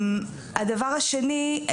הדבר השני,